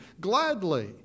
Gladly